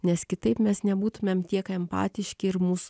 nes kitaip mes nebūtumėm tiek empatiški ir mūsų